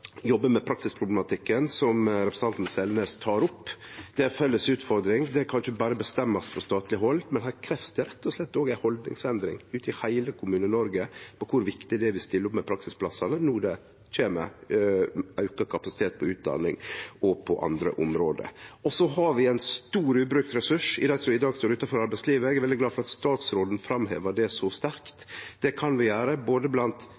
praksisproblematikken, som representanten Selnes tek opp. Det er ei felles utfordring. Det kan ikkje berre bli bestemt frå statleg hald. Det krevst rett og slett ei haldningsendring ute i heile Kommune-Noreg til kor viktig det er at vi stiller opp med praksisplassar når det blir auka kapasitet på utdanning og andre område. Og vi har ein stor ubrukt ressurs i dei som i dag står utanfor arbeidslivet. Eg er glad for at statsråden framheva det så sterkt. Det vi kan gjere blant både